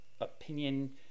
opinion